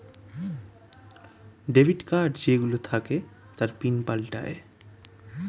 debit card যেই গুলো থাকে তার পিন পাল্টায়ে